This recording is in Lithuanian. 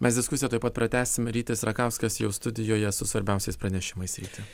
mes diskusiją tuoj pat pratęsim rytis rakauskas jau studijoje su svarbiausiais pranešimais ryti